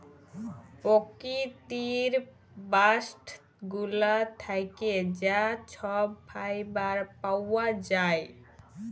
পকিতির বাস্ট গুলা থ্যাকে যা ছব ফাইবার পাউয়া যায়